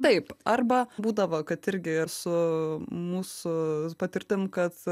taip arba būdavo kad irgi ir su mūsų patirtim kad